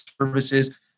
services